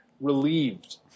relieved